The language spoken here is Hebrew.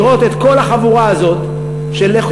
לראות את כל החבורה הזאת של,